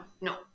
no